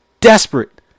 Desperate